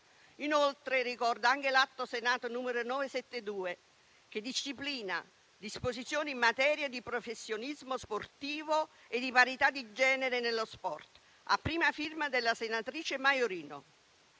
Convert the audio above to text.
Ricordo anche l'Atto Senato 972, che reca disposizioni in materia di professionismo sportivo e di parità di genere nello sport, a prima firma della senatrice Maiorino.